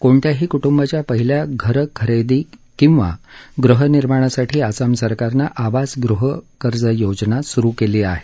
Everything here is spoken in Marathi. कोणत्याही कुटुंबाच्या पहिल्या घर खरेदी किंवा गृहनिर्माणासाठी आसाम सरकारनं आवास गृहकर्ज योजना सुरु केली आहे